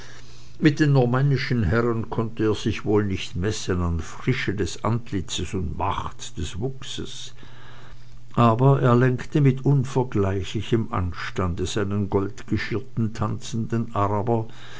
mit den normännischen herren konnte er sich wohl nicht messen an frische des antlitzes und macht des wuchses aber er lenkte mit unvergleichlichem anstande seinen goldgeschirrten tanzenden